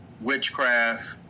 witchcraft